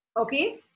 Okay